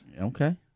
Okay